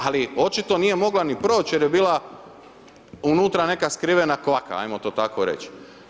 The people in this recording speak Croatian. Ali očito nije mogla niti proći jer je bila unutra neka skrivena kvaka hajmo to tako reći.